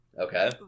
Okay